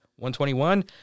121